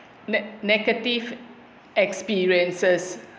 net negative experiences